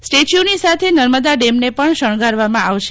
સ્ટેચ્યુની સાથે નર્મદા ડેમને પણ શણગારવામા આવશે